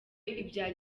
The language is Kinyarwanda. ibya